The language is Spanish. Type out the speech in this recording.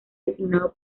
designado